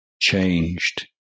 changed